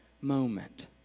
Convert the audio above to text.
moment